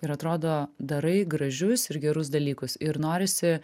ir atrodo darai gražius ir gerus dalykus ir norisi